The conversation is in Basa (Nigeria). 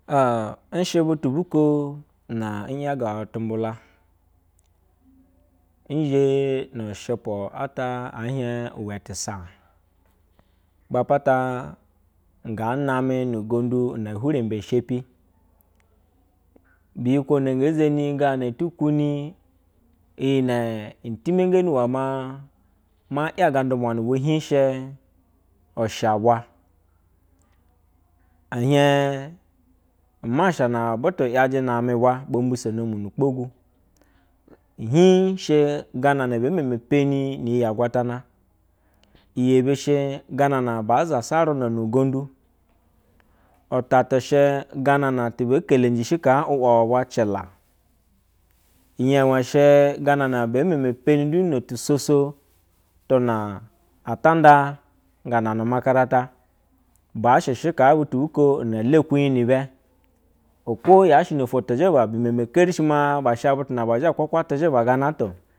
Aa nshe butu buko na niyagawa tumbula nzhe nu ushwupwu ata ɛɛ hiej iwɛtɛsaaj. Ba pata ngaa name nu-ugindu na ehwurembe nshepi. Bi yikwo na ngee zeni gana eti kwuni iyi ne intimengeni iwɛ maa ma yaga n-ndumwo nu bwa hiij she, usho bwa. E hiej umasha na butu yaje na-ame ubwa bo mbisono mu nu kpogwu. Ihiijshɛ gana na bee meme peni n-iyi ya agwatana, iyebi shɛ gana na baa zasa urina nu ugondu. Utata shɛ gana na tibee keleji shi kaa u waba ubwa cela. Inye she gana na bee meme peni du no tusoso tuna ata nda gana nu umakarato. Baa sheshɛ kaa butu buko na lɛ ekwunyi ni bɛ. Okwo yaa shɛɛ no-ofwo tɛ zheba, bi meme kerishi maa ba sha butu naba zha kwakwa tezheba gana ata o.